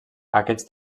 aquests